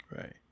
Right